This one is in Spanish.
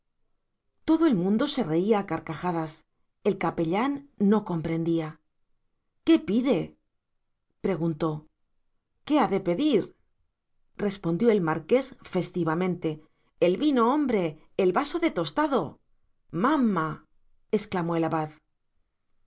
todo el mundo se reía a carcajadas el capellán no comprendía qué pide preguntó qué ha de pedir respondió el marqués festivamente el vino hombre el vaso de tostado mama exclamó el abad